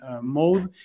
mode